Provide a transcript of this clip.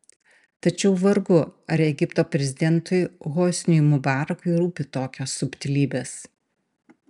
tačiau vargu ar egipto prezidentui hosniui mubarakui rūpi tokios subtilybės